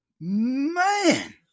man